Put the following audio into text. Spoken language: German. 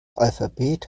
alphabet